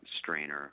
strainer